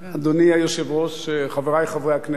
אדוני היושב-ראש, חברי חברי הכנסת,